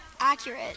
Accurate